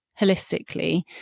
holistically